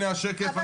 הנה השקף.